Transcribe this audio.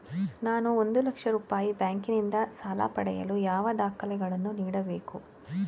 ನಾನು ಒಂದು ಲಕ್ಷ ರೂಪಾಯಿ ಬ್ಯಾಂಕಿನಿಂದ ಸಾಲ ಪಡೆಯಲು ಯಾವ ದಾಖಲೆಗಳನ್ನು ನೀಡಬೇಕು?